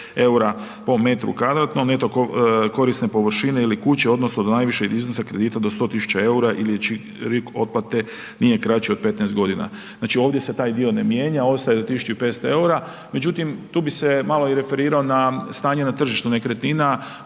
EUR-a po m2, metru korisne površine ili kuće odnosno do najvišeg iznosa kredita do 100.000 EUR-a ili čiji rok otplate nije kraći od 15 godina. Znači, ovdje se taj dio ne mijenja ostaje do 1.500 EUR-a. Međutim, tu bi se malo i referirao na stanje na tržištu nekretnina